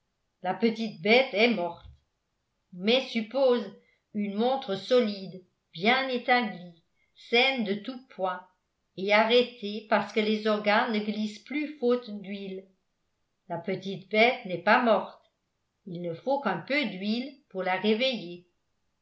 la petite bête est morte mais suppose une montre solide bien établie saine de tout point et arrêtée parce que les organes ne glissent plus faute d'huile la petite bête n'est pas morte il ne faut qu'un peu d'huile pour la réveiller